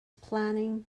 planning